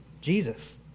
Jesus